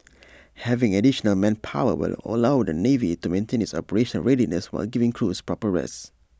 having additional manpower will allow the navy to maintain its operational readiness while giving crews proper rest